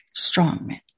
strongmen